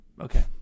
Okay